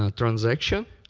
ah transaction